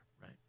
right